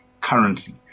currently